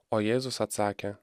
o jėzus atsakė